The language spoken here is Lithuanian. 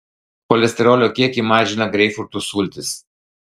cholesterolio kiekį mažina greipfrutų sultys